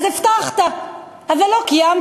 אז הבטחת, אבל לא קיימת.